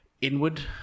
inward